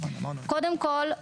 קודם כל,